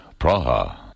Praha